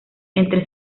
entre